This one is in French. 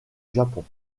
japon